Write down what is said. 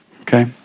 Okay